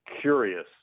curious